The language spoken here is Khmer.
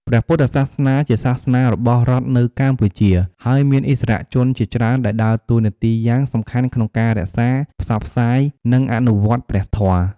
ព្រះពុទ្ធសាសនាជាសាសនារបស់រដ្ឋនៅកម្ពុជា ហើយមានឥស្សរជនជាច្រើនដែលដើរតួនាទីយ៉ាងសំខាន់ក្នុងការរក្សា ផ្សព្វផ្សាយ និងអនុវត្តព្រះធម៌។